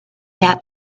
that